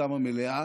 זכותם המלאה,